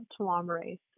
telomerase